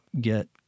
get